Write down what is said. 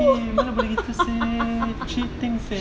I'm actually thinking